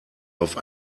auf